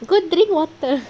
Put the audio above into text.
go drink water